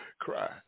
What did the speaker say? cry